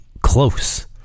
close